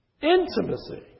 Intimacy